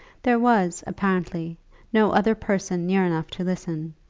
there was apparently no other person near enough to listen,